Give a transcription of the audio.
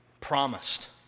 promised